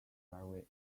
very